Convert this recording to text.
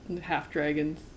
Half-dragons